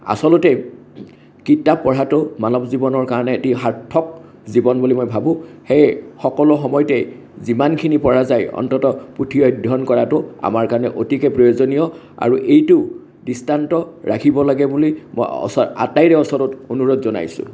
আচলতে কিতাপ পঢ়াটো মানৱ জীৱনৰ কাৰণে এটি সাৰ্থক জীৱন বুলি মই ভাবোঁ সেয়ে সকলো সময়তে যিমানখিনি পৰা যায় অন্ততঃ পুথি অধ্যয়ন কৰাতো আমাৰ কাৰণে অতিকে প্ৰয়োজনীয় আৰু এইটো দৃষ্টান্ত ৰাখিব লাগে বুলি মই আটাইৰে ওচৰত অনুৰোধ জনাইছোঁ